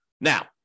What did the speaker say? Now